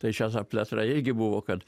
tai čia ta plėtra irgi buvo kad